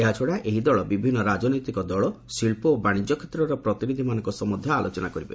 ଏହାଛଡ଼ା ଏହି ଦଳ ବିଭିନ୍ନ ରାଜନୈତିକ ଦଳ ଶିଳ୍ପ ଓ ବାଣିଜ୍ୟ କ୍ଷେତ୍ରର ପ୍ରତିନିଧିମାନଙ୍କ ସହ ମଧ୍ୟ ଆଲୋଚନା କରିବ